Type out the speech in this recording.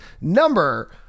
number